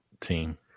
team